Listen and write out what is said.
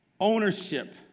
ownership